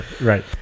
right